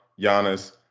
Giannis